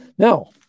Now